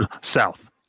South